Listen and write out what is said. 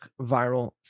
viral